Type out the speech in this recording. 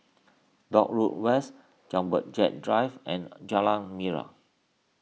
Dock Road West Jumbo Jet Drive and Jalan Nira